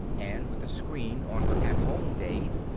and with a screen on her at home days,